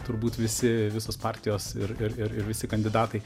turbūt visi visos partijos ir ir ir visi kandidatai